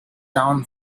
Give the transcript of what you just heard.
down